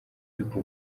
ariko